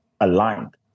aligned